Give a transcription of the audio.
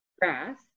grass